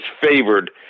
favored